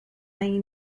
may